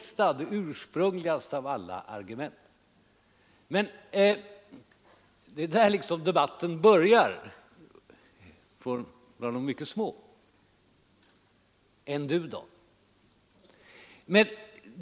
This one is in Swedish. Så argumenterar man som mycket liten.